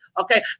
Okay